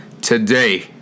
today